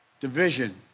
division